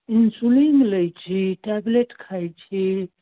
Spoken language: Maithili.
इन्सुलिन लै छी टेबलेट खाइ छी